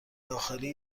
داخلی